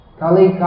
kali